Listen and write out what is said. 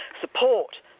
support